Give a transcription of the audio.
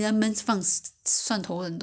you know it will it taste better